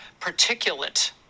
particulate